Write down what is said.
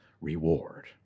reward